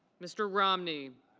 mr. romney.